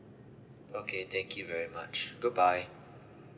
okay thank you very much goodbye